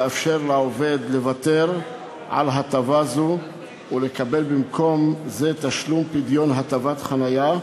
יאפשר לעובד לוותר על הטבה זו ולקבל במקום זה תשלום פדיון הטבת חניה.